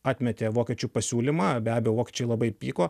atmetė vokiečių pasiūlymą be abejo vokiečiai labai pyko